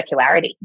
circularity